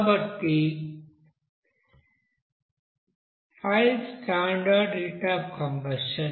కాబట్టి 5స్టాండర్డ్ heat of combustion